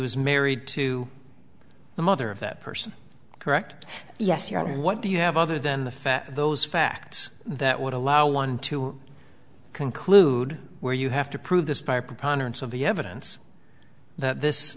was married to the mother of that person correct yes your honor what do you have other than the fact those facts that would allow one to conclude where you have to prove this by a preponderance of the evidence that